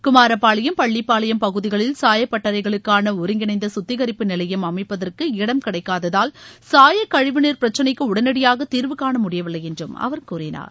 குமாரப்பாளையம் பள்ளிப்பாளையம் பகுதிகளில் சாயப்பட்டறைகளுக்கான ஒருங்கிணைந்த சுத்திகரிப்பு நிலையம் அமைப்பதற்கு இடம் கிடைக்காததால் சாயக் கழிவுநீர் பிரச்னைக்கு உடனடியாக தீர்வு காண முடியவில்லை என்றும் அவர் கூறினார்